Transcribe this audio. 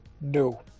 No